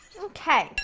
okay,